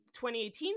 2018